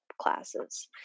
classes